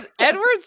Edward's